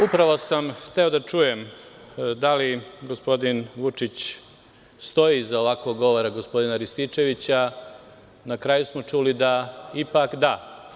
Upravo sam hteo da čujem da li gospodin Vučić stoji iza ovakvog govora gospodina Rističevića, na kraju smo čuli da ipak da.